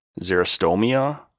xerostomia